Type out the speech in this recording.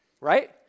right